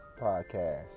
Podcast